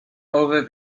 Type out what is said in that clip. over